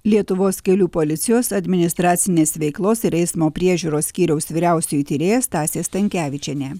lietuvos kelių policijos administracinės veiklos ir eismo priežiūros skyriaus vyriausioji tyrėja stasė stankevičienė